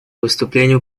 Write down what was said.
выступления